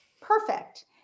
Perfect